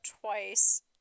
twice